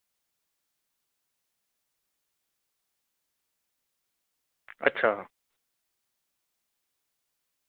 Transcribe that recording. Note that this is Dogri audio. अच्छा